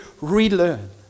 relearn